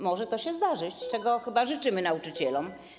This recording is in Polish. Może to się zdarzyć, czego chyba życzymy nauczycielom.